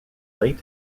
late